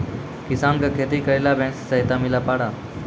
किसान का खेती करेला बैंक से सहायता मिला पारा?